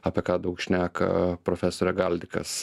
apie ką daug šneka profesorė galdikas